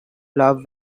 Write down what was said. love